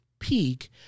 peak